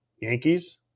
Yankees